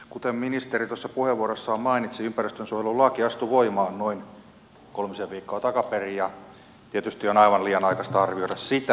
kuten ministeri puheenvuorossaan mainitsi ympäristönsuojelulaki astui voimaan noin kolmisen viikkoa takaperin ja tietysti on aivan liian aikaista arvioida sitä